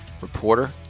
reporter